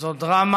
זו דרמה